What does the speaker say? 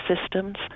systems